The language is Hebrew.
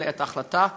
אלא את ההחלטה כולה.